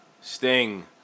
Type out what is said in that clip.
Sting